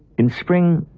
in spring,